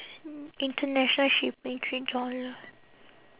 hmm international shipping three dollar